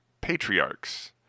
patriarchs